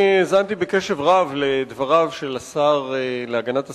אני האזנתי בקשב רב לדבריו של השר להגנת הסביבה,